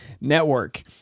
network